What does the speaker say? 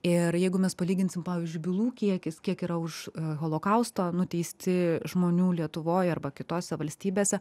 ir jeigu mes palyginsim pavyzdžiui bylų kiekis kiek yra už holokaustą nuteisti žmonių lietuvoj arba kitose valstybėse